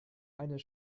eines